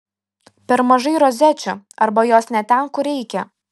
per mažai rozečių arba jos ne ten kur reikia